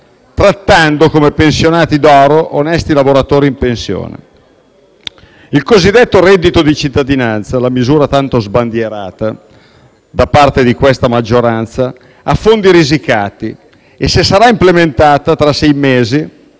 trattando come pensionati d'oro onesti lavoratori in pensione. Il cosiddetto reddito di cittadinanza, la misura tanto sbandierata da parte di questa maggioranza, ha fondi risicati e, se sarà implementata, tra sei mesi,